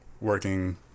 working